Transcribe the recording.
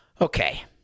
Okay